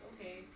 Okay